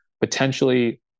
potentially